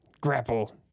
Grapple